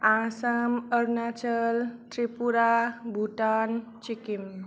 Assam Arunachal Tripura Bhutan Sikkim